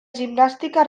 gimnàstica